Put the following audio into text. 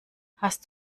hast